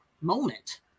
moment